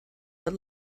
but